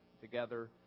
together